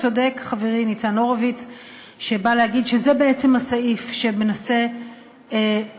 צודק חברי ניצן הורוביץ שבא להגיד שזה בעצם הסעיף שמנסה למנוע